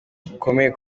gukomeye